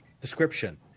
description